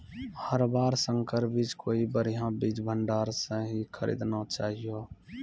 हर बार संकर बीज कोई बढ़िया बीज भंडार स हीं खरीदना चाहियो